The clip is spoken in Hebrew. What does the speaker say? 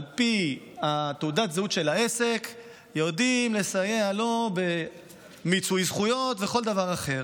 על פי תעודת הזהות של העסק יודעים לסייע לו במיצוי זכויות ובכל דבר אחר.